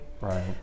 right